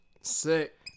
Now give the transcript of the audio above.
Sick